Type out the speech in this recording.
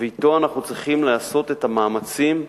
ואתו אנחנו צריכים לעשות את המאמצים,